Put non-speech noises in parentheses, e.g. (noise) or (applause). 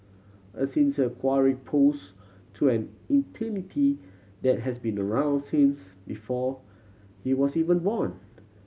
a sincere query pose to an (unintelligible) that has been around since before he was even born